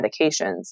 medications